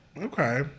Okay